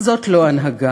זאת לא הנהגה.